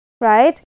right